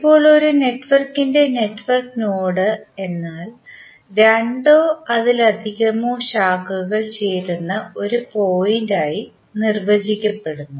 ഇപ്പോൾ ഒരു നെറ്റ്വർക്കിന്റെ നെറ്റ്വർക്ക് നോഡ് എന്നാൽ രണ്ടോ അതിലധികമോ ശാഖകൾ ചേരുന്ന ഒരു പോയിന്റായി നിർവചിക്കപ്പെടുന്നു